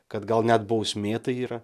kad gal net bausmė tai yra